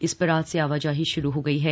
इस पर आज से आवाजाही श्रू हो गयी है